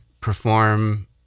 perform